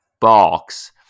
box